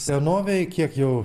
senovėj kiek jau